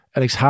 Alex